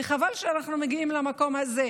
וחבל שאנחנו מגיעים למקום הזה.